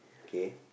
K